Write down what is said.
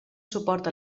suport